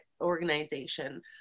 organization